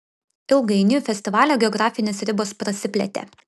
ilgainiui festivalio geografinės ribos prasiplėtė